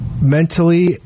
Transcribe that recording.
mentally